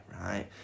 Right